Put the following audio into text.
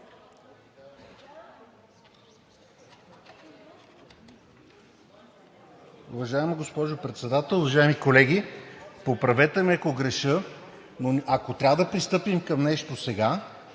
Уважаема госпожо Председател, уважаеми колеги! Поправете ме, ако греша, но ако трябва да пристъпим към нещо сега,